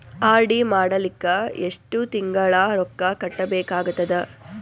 RD ಮಾಡಲಿಕ್ಕ ಎಷ್ಟು ತಿಂಗಳ ರೊಕ್ಕ ಕಟ್ಟಬೇಕಾಗತದ?